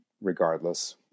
regardless